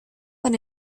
con